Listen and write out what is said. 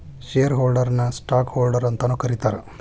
share ಹೋಲ್ಡರ್ನ ನ stock holder ಅಂತಾನೂ ಕರೇತಾರ